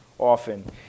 often